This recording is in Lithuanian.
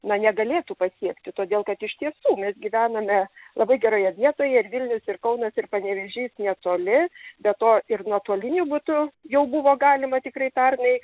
na negalėtų pasiekti todėl kad iš tiesų mes gyvename labai geroje vietoje ir vilnius ir kaunas ir panevėžys netoli be to ir nuotoliniu būdu jau buvo galima tikrai pernai